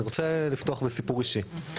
אני רוצה לפתוח בסיפור אישי.